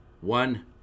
one